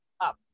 up